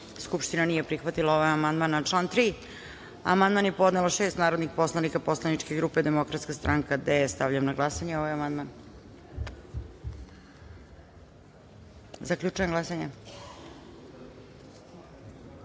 Skupština ne prihvata ovaj amandman. Na član 1. amandman je podnelo šest narodnih poslanika poslaničke grupe Demokratska stranka. Stavljam na glasanje amandman. Zaključujem glasanje: